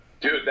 Dude